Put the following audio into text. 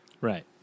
Right